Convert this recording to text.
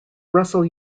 russell